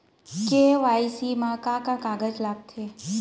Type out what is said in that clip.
KYC मा का का कागज लगथे?